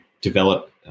develop